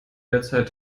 derzeit